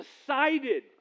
decided